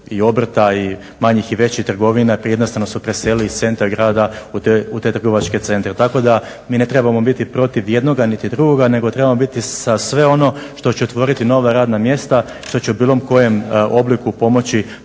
i obrta i manjih i većih trgovina. Jednostavno su preselili iz centra grada u te trgovačke centre. Tako da mi ne trebamo biti protiv jednoga niti drugoga nego trebamo biti za sve ono što se će otvoriti nova radna mjesta, što će u bilo kojem obliku pomoći